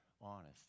honest